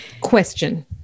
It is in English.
Question